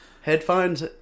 Headphones